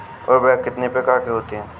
उर्वरक कितनी प्रकार के होता हैं?